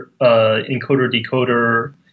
encoder-decoder